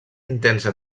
intensa